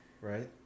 Right